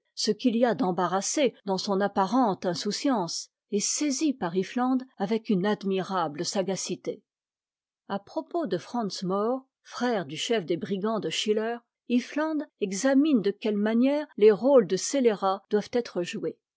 ce qu'il y a d'embarrassé dans son apparente insouciance est saisi par iffland avec une admirable sagacité a propos de franz moor frère du chef des brigands de schiller iffland examine de quelle manière les rôles de scélérats doivent être joués